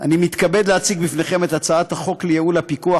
אני מתכבד להציג לפניכם את הצעת החוק לייעול הפיקוח